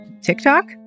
TikTok